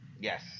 Yes